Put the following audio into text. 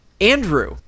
Andrew